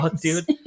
dude